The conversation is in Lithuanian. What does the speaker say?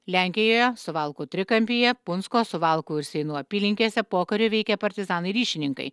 lenkijoje suvalkų trikampyje punsko suvalkų ir seinų apylinkėse pokariu veikė partizanai ryšininkai